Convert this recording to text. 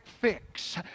fix